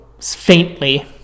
faintly